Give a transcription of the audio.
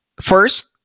first